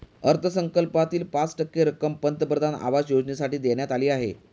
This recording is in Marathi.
अर्थसंकल्पातील पाच टक्के रक्कम पंतप्रधान आवास योजनेसाठी देण्यात आली आहे